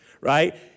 right